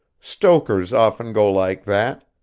stokers often go like that.